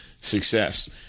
success